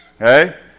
okay